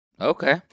Okay